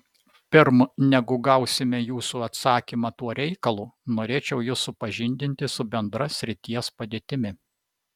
pirm negu gausime jūsų atsakymą tuo reikalu norėčiau jus supažindinti su bendra srities padėtimi